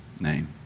name